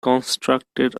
constructed